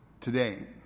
today